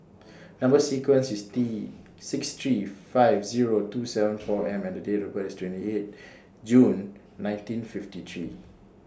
Number sequence IS T six three five Zero two seven four M and The Date of birth IS twenty eight June nineteen fifty three